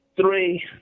Three